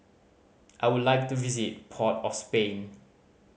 I would like to visit Port of Spain